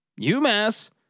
UMass